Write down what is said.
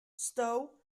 stow